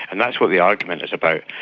and that's what the argument is about.